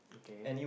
okay